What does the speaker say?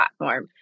platform